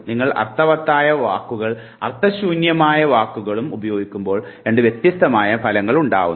നിങ്ങൾ അർത്ഥവത്തായ വാക്കുകൾ അർത്ഥശൂന്യമായ വാക്കുകളും ഉപയോഗിക്കുമ്പോൾ രണ്ട് വ്യത്യസ്തമായ ഫലങ്ങൾ ഉണ്ടാകുന്നു